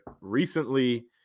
recently